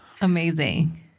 amazing